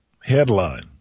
Headline